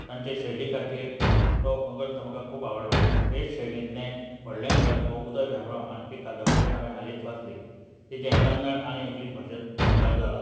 तांचे शैली खातीर तो ग्रंथ म्हाका खूब आवडलो हेच शैलींतलें व्हडलें घर हो उदय भेंब्रो हांची कादंबरी हांवें हालींच वाचली तिजें कन्नड आनी इंग्लीश भाशेंत अणकार जाला